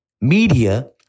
media